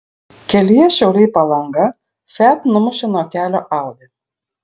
kelyje šiauliai palanga fiat numušė nuo kelio audi